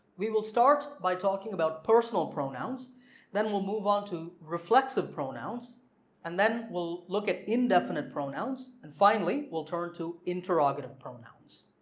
we will start by talking about personal pronouns then we'll move onto reflexive pronouns and then we'll look at indefinite pronouns and finally we'll turn to interrogative pronouns.